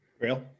Real